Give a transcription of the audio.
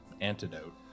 antidote